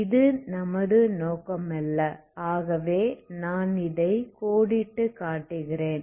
இது நமது நோக்கம் அல்ல ஆகவே நான் இதை கோடிட்டுக் காட்டுகிறேன்